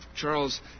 Charles